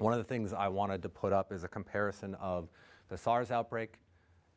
one of the things i wanted to put up is a comparison of the sars outbreak